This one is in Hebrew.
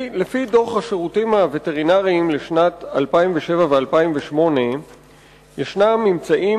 דוח השירותים הווטרינריים לשנת 2007 ו-2008 מצא ממצאים